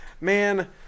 man